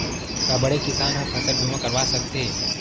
का बड़े किसान ह फसल बीमा करवा सकथे?